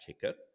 ticket